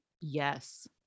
Yes